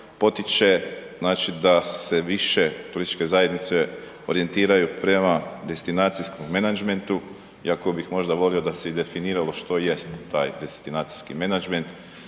znači, da se više turističke zajednice orijentiraju prema destinacijskom menadžmentu iako bih možda volio da se i definiralo što jest taj destinacijski menadžment,